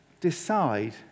decide